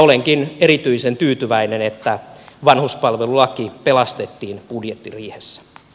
olenkin erityisen tyytyväinen että vanhuspalvelulaki pelastettiin budjettiriihessä